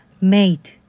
made